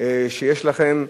שיש לכם,